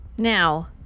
Now